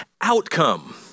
outcome